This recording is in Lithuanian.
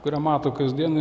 kurią mato kasdien